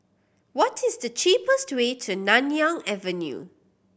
what is the cheapest way to Nanyang Avenue